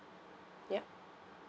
yup